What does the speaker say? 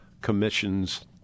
commissions